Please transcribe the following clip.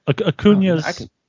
Acuna's